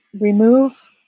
remove